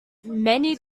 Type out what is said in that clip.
many